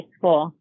School